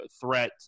threat